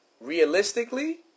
realistically